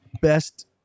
best